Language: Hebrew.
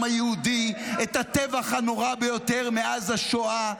היהודי את הטבח הנורא ביותר מאז השואה,